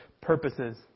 purposes